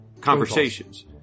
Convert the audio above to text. Conversations